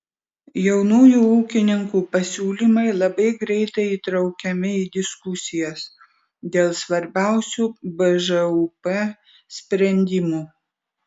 jaunųjų ūkininkų pasiūlymai labai greitai įtraukiami į diskusijas dėl svarbiausių bžūp sprendimų